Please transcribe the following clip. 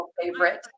favorite